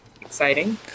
exciting